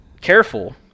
careful